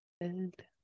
Good